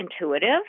intuitive